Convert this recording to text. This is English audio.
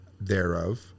thereof